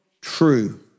true